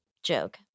joke